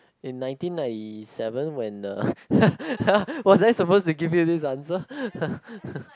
in nineteen ninety seven when the was I supposed to give you this answer